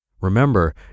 Remember